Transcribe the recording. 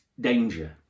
danger